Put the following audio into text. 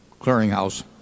clearinghouse